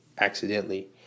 accidentally